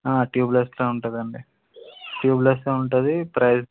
ట్యూబ్లెస్లో ఉంటుందండి ట్యూబ్లెస్ ఉంటుంది ప్రైస్